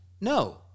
No